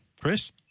Chris